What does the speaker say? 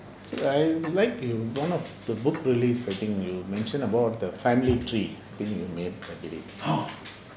I like in one of the book release I think you mentioned about the family tree I think you made